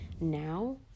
now